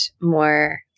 more